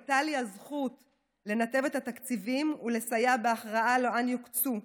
הייתה לי הזכות לנתב את התקציבים ולסייע בהכרעה לאן יוקצו.